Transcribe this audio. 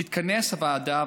תתכנס הוועדה